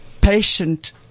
Patient